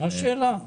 השלטון המקומי,